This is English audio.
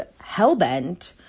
hellbent